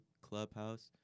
Clubhouse